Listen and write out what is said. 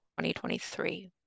2023